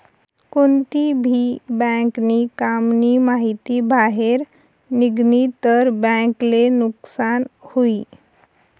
कोणती भी बँक नी काम नी माहिती बाहेर निगनी तर बँक ले नुकसान हुई